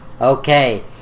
Okay